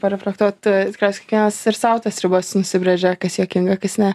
pareflektuoti tikriausiai kiekvienas ir sau tas ribas nusibrėžia kas juokinga kas ne